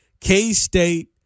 K-State